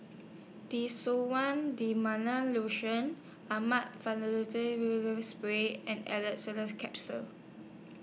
Desowen Lotion Spray and Orlistat Capsules